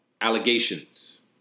Allegations